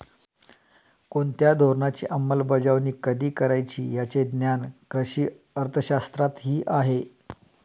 कोणत्या धोरणाची अंमलबजावणी कधी करायची याचे ज्ञान कृषी अर्थशास्त्रातही आहे